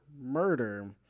murder